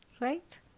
right